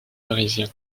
parisien